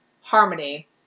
harmony